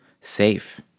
safe